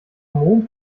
mond